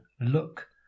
look